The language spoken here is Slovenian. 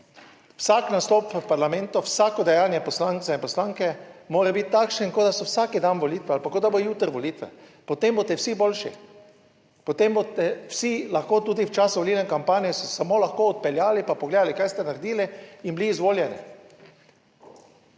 vsak nastop v parlamentu, vsako dejanje poslance in poslanke mora biti takšen kot da so vsak dan volitve ali pa kot da bo jutri volitve, potem boste vsi boljši. Potem boste vsi lahko tudi v času volilne kampanje samo lahko odpeljali pa pogledali kaj ste naredili in bili izvoljeni.